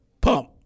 pump